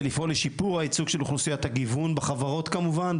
לפעול לשיפור הייצוג של חוסר את הגיוון בחברות כמובן.